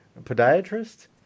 podiatrist